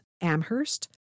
Amherst